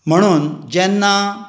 म्हुणून जेन्ना